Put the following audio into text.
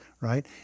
right